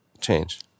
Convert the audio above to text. change